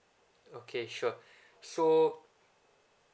okay sure so